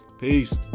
peace